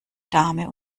dame